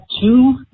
two